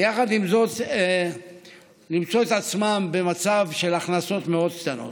ויחד עם זאת למצוא את עצמם במצב של הכנסות מאוד קטנות.